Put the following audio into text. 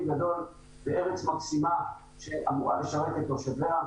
גדול בארץ מקסימה שאמורה לדאוג לתושביה.